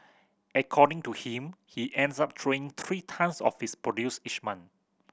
according to him he ends up throwing three tonnes of his produce each month